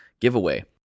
giveaway